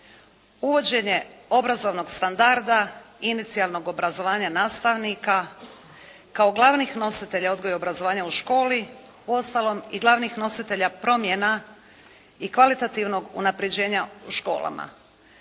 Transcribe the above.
uvođenje obrazovnog standarda i inicijalnog obrazovanja nastavnika kao glavnih nositelja odgoja i obrazovanja u školi, uostalom i glavnih nositelja promjena i kvalitativnog unapređenja u školama.